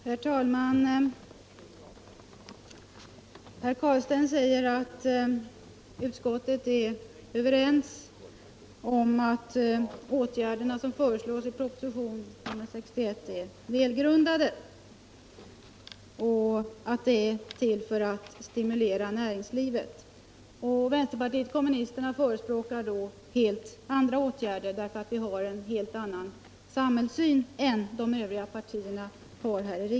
Herr talman! Herr Carlstein anför att utskottet är enigt om att de åtgärder som föreslås i propositionen 61 är välgrundade och att de är till för att stimulera näringslivet. Vänsterpartiet kommunisterna förespråkar helt andra åtgärder, eftersom vi har en helt annan samhällssyn än övriga partier i riksdagen.